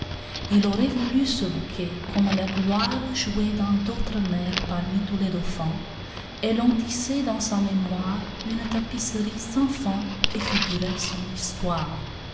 il aurait voulu ce bouquet comme la gloire jouer dans d'autres mers parmi tous les dauphins et l'on tissait dans sa mémoire une tapisserie sans fin qui figurait son histoire